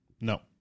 No